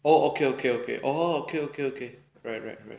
oh okay okay oh okay okay okay okay right right right